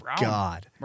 God